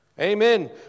Amen